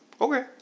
Okay